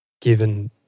given